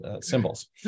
symbols